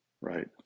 Right